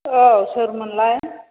औ सोरमोनलाय